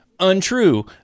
untrue